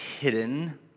hidden